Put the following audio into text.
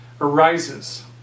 arises